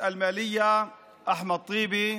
הכספים אחמד טיבי